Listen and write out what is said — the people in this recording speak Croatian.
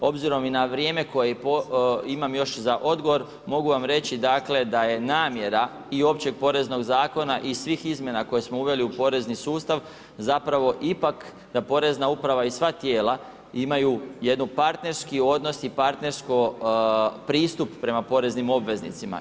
Obzirom i na vrijeme koje imam još za odgovor mogu vam reći dakle da je namjera i općeg poreznog zakona i svih izmjena koje smo uveli u porezni sustav zapravo ipak da porezna uprava i sva tijela imaju jedan partnerski odnos i partnerski pristup prema poreznim obveznicima.